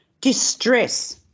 distress